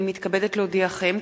הנני מתכבדת להודיעכם,